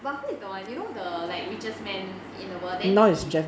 but who is the one you know the like richest man in the world then he